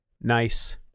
nice